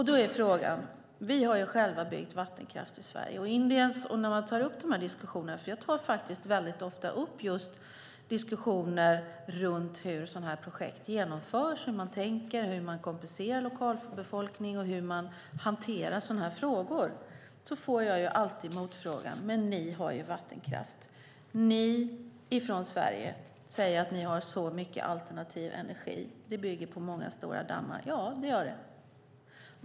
Vi har själva byggt vattenkraft i Sverige. Jag tar ofta upp diskussioner om hur dessa projekt genomförs, hur man tänker, hur man kompenserar lokalbefolkning och hur man hanterar sådana här frågor. Jag får alltid höra: Men ni har ju vattenkraft. Ni säger att ni har så mycket alternativ energi i Sverige, och det bygger på många stora dammar.